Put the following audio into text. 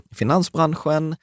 finansbranschen